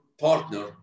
partner